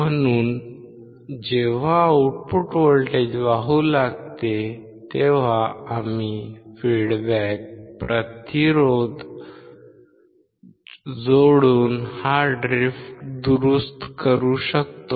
म्हणून जेव्हा output voltage वाहू लागते तेव्हा आम्ही फीडबॅक प्रतिरोध जोडून हा ड्रिफ्ट दुरुस्तकरू शकतो